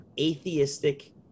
atheistic